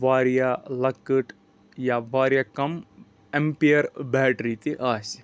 واریاہ لۄکٕٹ یا واریاہ کم ایمپیر بیٹری تہِ آسہِ